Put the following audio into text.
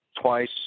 twice